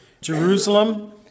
Jerusalem